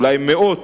אולי מאות,